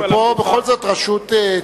אבל פה מדובר בכל זאת ברשות ציבורית,